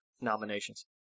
nominations